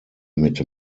mit